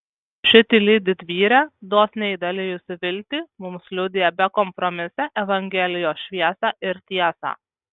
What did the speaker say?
ši tyli didvyrė dosniai dalijusi viltį mums liudija bekompromisę evangelijos šviesą ir tiesą